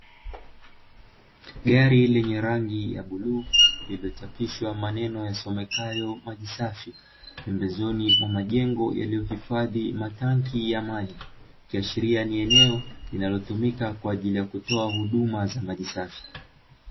Gari lenye rangi ya bluu, lililochapishwa maneno yasomekayo maji safi, pembezoni mwa majengo yaliyohifadhi matanki ya maji, ikiashiria ni eneo linalotumika kwa ajili ya kutoa huduma za maji safi.